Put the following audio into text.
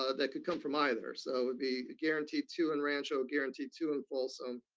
ah that could come from either, so it would be guaranteed two in rancho, guaranteed two in folsom,